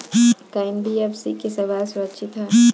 का एन.बी.एफ.सी की सेवायें सुरक्षित है?